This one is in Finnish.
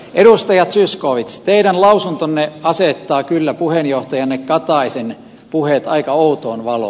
edustaja zyskowicz teidän lausuntonne asettaa kyllä puheenjohtajanne kataisen puheet aika outoon valoon